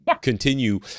continue